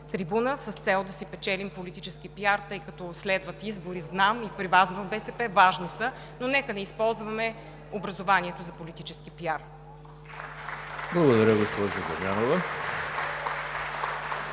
с цел да си печелим политически пиар, тъй като следват избори – знам и при Вас в БСП, важни са, но нека не използваме образованието за политически пиар. (Ръкопляскания от